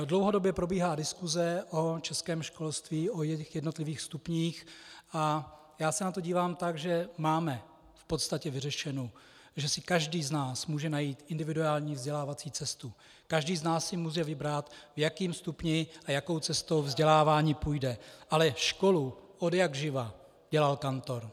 Dlouhodobě probíhá diskuse o českém školství, o jeho jednotlivých stupních a já se na to dívám tak, že máme v podstatě vyřešeno, že si každý z nás může najít individuální vzdělávací cestu, každý z nás si může vybrat, v jakém stupni a jakou cestou vzdělávání půjde ale školu odjakživa dělal kantor.